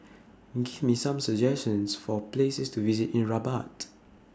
Give Me Some suggestions For Places to visit in Rabat